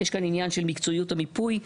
יש כאן עניין של מקצועיות המיפוי.